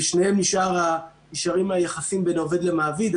בשניהם נשארים היחסים בין העובד למעביד.